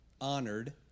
honored